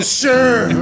sure